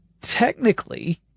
technically